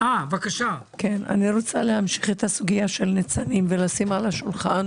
אני רוצה להמשיך את הסוגיה של 'ניצנים' ולשים על השולחן